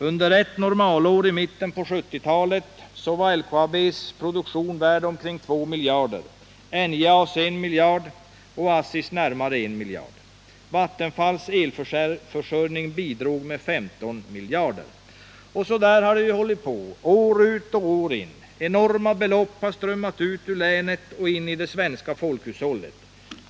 Under ett normalår i mitten av 1970-talet var LKAB:s produktion värd omkring två miljarder, NJA:s en miljard och ASSI:s närmare en miljard kronor. Vattenfalls elförsäljning bidrog med 1,5 miljarder kronor. Så där har det hållit på år ut och år in. Enorma belopp har strömmat u et och in i det svenska folkhushållet.